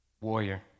warrior